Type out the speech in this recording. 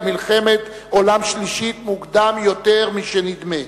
למלחמת עולם שלישית מוקדם יותר משנדמה.